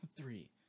Three